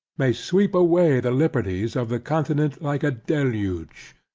may sweep away the liberties of the continent like a deluge.